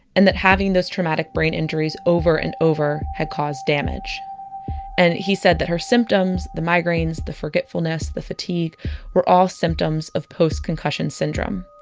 and that having those traumatic brain injuries over and over had caused damage and he said that her symptoms the migraines, the forgetfulness, the fatigue were all symptoms of post concussion syndrome.